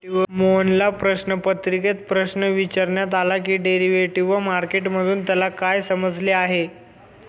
मोहनला प्रश्नपत्रिकेत प्रश्न विचारण्यात आला की डेरिव्हेटिव्ह मार्केट मधून त्याला काय समजले आहे?